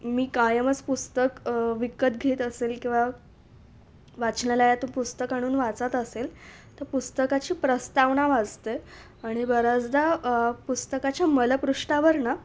मी कायमच पुस्तक विकत घेत असेल किंवा वाचनालयातून पुस्तक आणून वाचत असेल तर पुस्तकाची प्रस्तावना वाचते आणि बऱ्याचदा पुस्तकाच्या मलपृष्ठावर ना